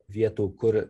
vietų kur